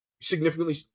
significantly